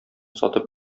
сатып